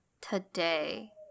today